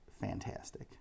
fantastic